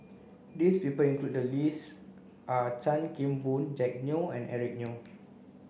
this people included in the list are Chan Kim Boon Jack Neo and Eric Neo